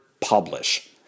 publish